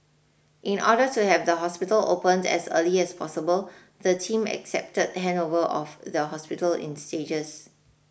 in order to have the hospital opened as early as possible the team accepted handover of the hospital in stages